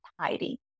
tidy